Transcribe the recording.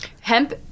Hemp